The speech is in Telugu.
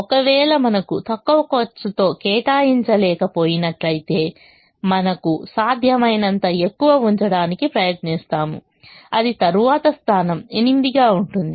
ఒకవేళ మనకు తక్కువ ఖర్చుతో కేటాయించలేక పోయినట్లయితే మనకు సాధ్యమైనంత ఎక్కువ ఉంచడానికి ప్రయత్నిస్తాము అది తరువాతి స్థానం 8 గా ఉంటుంది